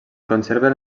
conserven